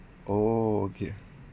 oh okay